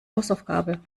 hausaufgabe